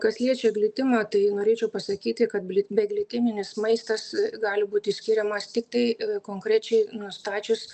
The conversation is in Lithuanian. kas liečia glitimą tai norėčiau pasakyti kad beglitiminis maistas gali būti skiriamas tiktai konkrečiai nustačius